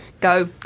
Go